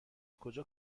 کجا